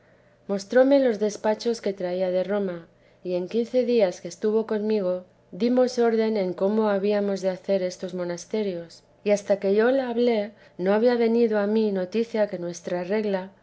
mostróme los despachos que traia de roma y en quince días que estuvo conmigo dimos orden en cómo habíamos de hacer estos monasterios y hasta que yo la hablé no había venido a mi noticia que nuestra regla